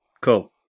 Cool